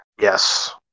Yes